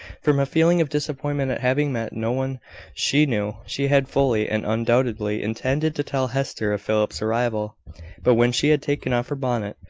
from a feeling of disappointment at having met no one she knew. she had fully and undoubtingly intended to tell hester of philip's arrival but when she had taken off her bonnet,